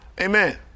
Amen